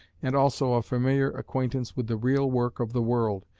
and also a familiar acquaintance with the real work of the world,